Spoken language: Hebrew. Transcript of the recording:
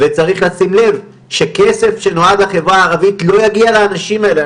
וצריך לשים לב שכסף שנועד החברה הערבית לא יגיע לאנשים האלה.